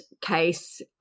case